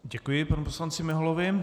Děkuji panu poslanci Miholovi.